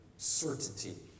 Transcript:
certainty